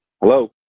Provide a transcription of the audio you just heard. hello